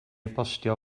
bostio